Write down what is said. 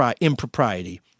impropriety